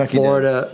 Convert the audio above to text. Florida